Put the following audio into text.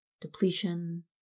depletion